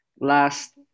last